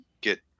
get